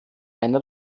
eine